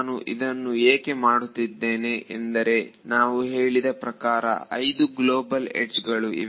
ನಾನು ಇದನ್ನು ಏಕೆ ಮಾಡುತ್ತಿದ್ದೇನೆ ಎಂದರೆ ನಾವು ಹೇಳಿದ ಪ್ರಕಾರ 5 ಗ್ಲೋಬಲ್ ಯಡ್ಜ್ ಗಳು ಇವೆ